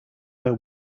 their